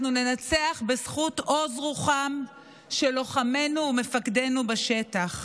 אנחנו ננצח בזכות עוז רוחם של לוחמינו ומפקדינו בשטח.